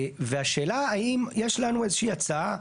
והשאלה האם יש לנו איזה שהיא הצעה,